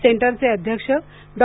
सेंटरचे अध्यक्ष डॉ